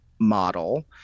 model